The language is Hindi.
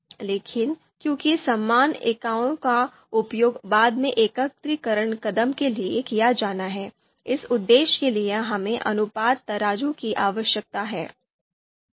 लेकिन क्योंकि समान इकाइयों का उपयोग बाद में एकत्रीकरण कदम के लिए किया जाना है इस उद्देश्य के लिए हमें अनुपात तराजू की आवश्यकता है